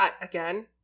again